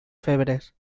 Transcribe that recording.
febres